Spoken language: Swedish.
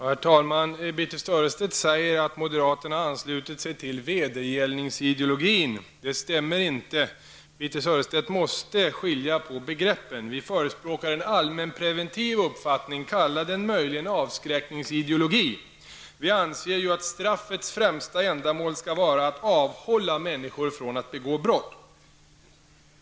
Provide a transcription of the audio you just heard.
Herr talman! Birthe Sörestedt säger att moderaterna anslutit sig till vedergällningsideologin. Det stämmer inte. Birthe Sörestedt måste skilja på begreppen. Vi förespråkar en allmänpreventiv uppfattning. Kalla den möjligen avskräckningsideologi. Vi anser att straffets främsta ändamål skall vara att avhålla människor från att begå brott.